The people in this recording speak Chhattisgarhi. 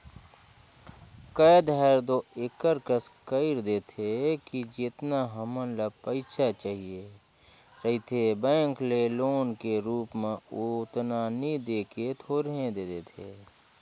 कए धाएर दो एकर कस कइर देथे कि जेतना हमन ल पइसा चाहिए रहथे बेंक ले लोन के रुप म ओतना नी दे के थोरहें दे देथे